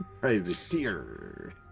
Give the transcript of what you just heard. Privateer